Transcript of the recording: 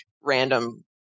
random